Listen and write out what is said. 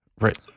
right